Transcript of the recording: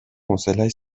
حوصلش